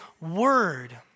word